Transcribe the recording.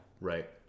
right